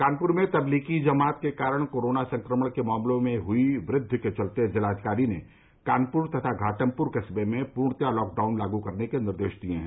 कानपुर में तबलीगी जमात के कारण कोरोना संक्रमण के मामलों में हुई वृद्वि के चलते जिलाधिकारी ने कानपुर तथा घाटमपुर कस्बे में पूर्णतया लॉकडाउन लागू करने के निर्देश दिए हैं